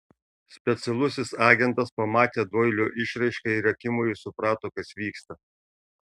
specialusis agentas pamatė doilio išraišką ir akimoju suprato kas vyksta